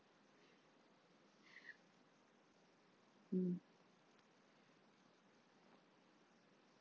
mm